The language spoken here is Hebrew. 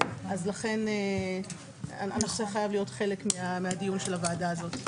לכן הנושא חייב להיות חלק מהדיון של הוועדה הזאת.